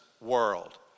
world